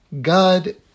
God